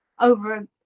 over